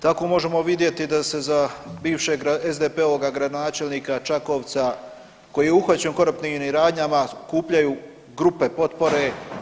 Tako možemo vidjeti da se za bivšeg SDP-ovog gradonačelnica Čakovca koji je uhvaćen u koruptivnim radnjama skupljaju grupe potpore.